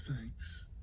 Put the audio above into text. thanks